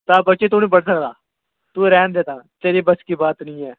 तां बच्चे तूं निं पढ़ी सकदा तूं रैह्न दे तां तेरे बस की बात नहीं है